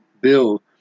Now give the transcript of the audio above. bill